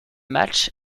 match